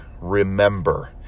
remember